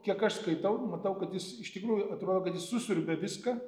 kiek aš skaitau matau kad jis iš tikrųjų atrodo kad jis susiurbia viską